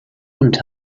und